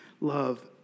Love